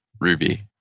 Ruby